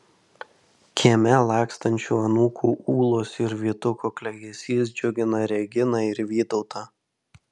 kieme lakstančių anūkų ūlos ir vytuko klegesys džiugina reginą ir vytautą